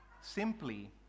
simply